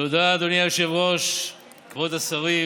תודה, אדוני היושב-ראש, כבוד השרים,